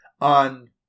on